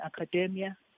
academia